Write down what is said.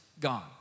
Gone